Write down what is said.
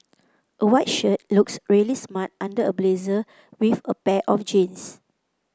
a white shirt looks really smart under a blazer with a pair of jeans